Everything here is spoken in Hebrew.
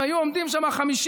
אם היו עומדים שם 50,